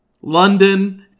London